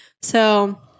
So-